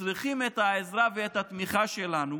צריכים את העזרה והתמיכה שלנו,